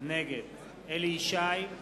נגד אליהו ישי,